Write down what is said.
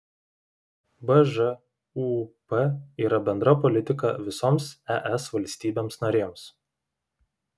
bžūp yra bendra politika visoms es valstybėms narėms